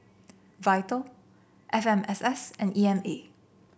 Vital F M S S and E M A